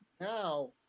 now